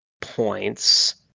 points